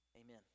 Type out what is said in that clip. Amen